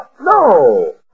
No